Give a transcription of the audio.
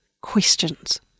Questions